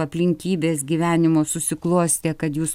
aplinkybės gyvenimo susiklostė kad jūs